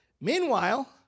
Meanwhile